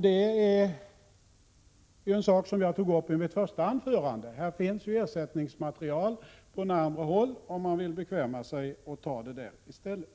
Detta tog jag upp i mitt första anförande. Här finns ju ersättningsmaterial på närmare håll, om man vill bekväma sig att ta det där i stället.